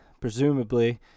presumably